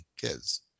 kids